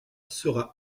sera